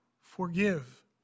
Forgive